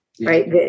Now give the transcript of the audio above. right